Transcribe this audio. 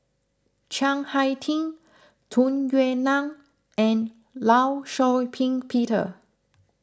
Chiang Hai Ting Tung Yue Nang and Law Shau Ping Peter